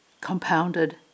compounded